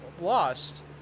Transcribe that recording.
lost